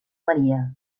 maria